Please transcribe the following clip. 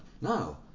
no